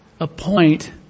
appoint